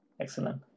excellent